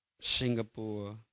Singapore